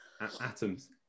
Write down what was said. Atoms